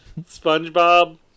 SpongeBob